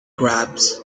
grabs